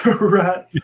Right